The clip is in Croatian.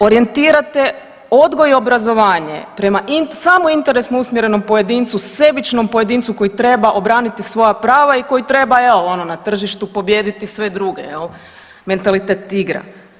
Orijentirate odgoj i obrazovanje prema samointeresno usmjerenom pojedincu sebičnom pojedincu koji treba obraniti svoja prava i koji treba jel ono na tržištu pobijediti sve druge jel, mentalitet igra.